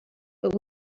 but